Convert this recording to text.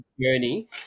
journey